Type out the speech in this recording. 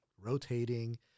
rotating